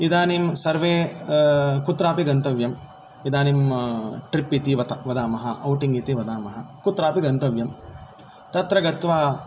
इदानीं सर्वे कुत्रापि गन्तव्यं इदानीं ट्रिप् इति वदामः औटिङ्ग् इति वदामः कुत्रापि गन्तव्यं तत्र गत्वा